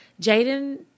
Jaden